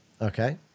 Okay